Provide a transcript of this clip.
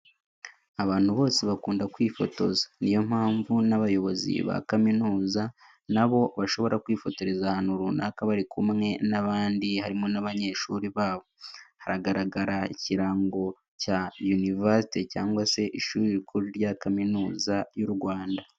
Abantu bose bakunda kwifotoza, niyo mpamvu n'abayobozi ba kaminuza na bo bashobora kwifotoreza ahantu runaka bari kumwe n'abandi harimo n'banyeshuri babo. Hagaragara ikirango cya yunivasiti cyangwa se ishuri rikuru rya kaminuza y'u Rwanda.